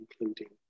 including